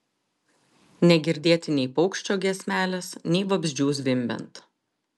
negirdėti nei paukščio giesmelės nei vabzdžių zvimbiant